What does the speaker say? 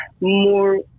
more